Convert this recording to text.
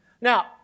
Now